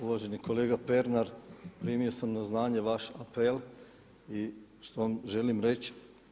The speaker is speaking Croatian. Uvaženi kolega Pernar primio sam na znanje vaš apel i što želim reći?